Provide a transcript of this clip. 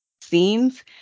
scenes